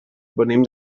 venim